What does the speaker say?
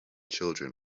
children